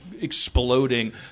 exploding